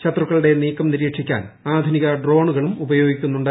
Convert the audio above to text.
ശത്രുക്കളുടെ നീക്കം നിരീക്ഷിക്കാൻ ആധുനിക ഡ്രോണുകളും ഉപയോഗിക്കുന്നുണ്ട്